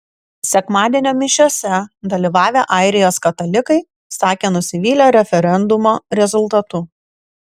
sekmadienio mišiose dalyvavę airijos katalikai sakė nusivylę referendumo rezultatu